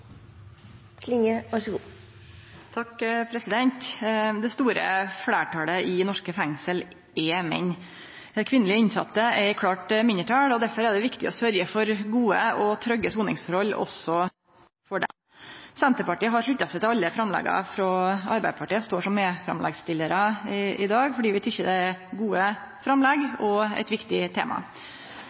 er i klart mindretal, og derfor er det viktig å sørgje for gode og trygge soningsforhold også for dei. Senterpartiet har slutta seg til alle framlegga frå Arbeidarpartiet og står som medframleggsstillar i dag, fordi vi tykkjer det er gode framlegg og eit viktig tema.